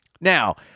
Now